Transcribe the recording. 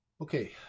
Okay